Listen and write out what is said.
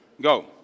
Go